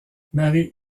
marie